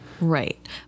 Right